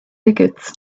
tickets